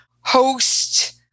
host